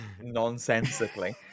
nonsensically